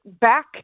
back